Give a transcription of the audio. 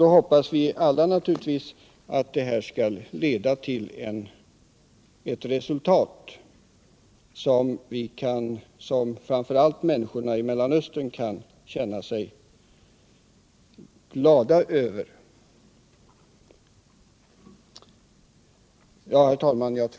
Då hoppas naturligtvis alla att de skall leda till ett resultat som framför allt människorna i Mellanöstern kan känna sig glada över.